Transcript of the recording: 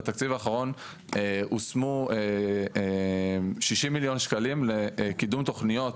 בתקציב האחרון הושמו 60 מיליון שקלים לקידום תוכניות